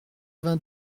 vingt